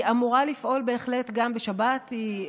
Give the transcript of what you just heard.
היא בהחלט אמורה לפעול גם בשבת.